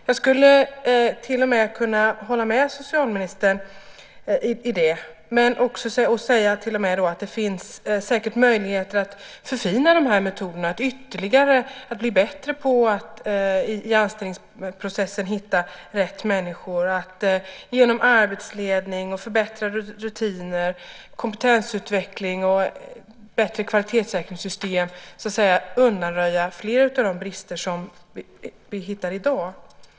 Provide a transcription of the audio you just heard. Jag skulle till och med kunna hålla med socialministern om att det säkert finns möjligheter att ytterligare förfina de här metoderna, så att man blir bättre på att i anställningsprocessen hitta de rätta människorna och genom arbetsledning och förbättrade rutiner, kompetensutveckling och bättre kvalitetssäkringssystem undanröja flera av de brister som vi i dag kan hitta.